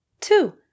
Two